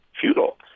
futile